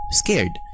scared